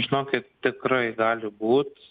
žinokit tikrai gali būt